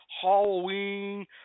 Halloween